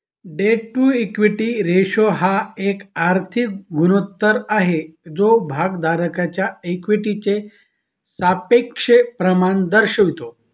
date to equity ratio हा एक आर्थिक गुणोत्तर आहे जो भागधारकांच्या इक्विटीचे सापेक्ष प्रमाण दर्शवतो